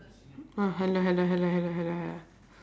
ah